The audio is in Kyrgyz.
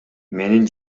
менин